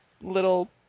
little